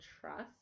trust